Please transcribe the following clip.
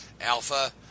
Alpha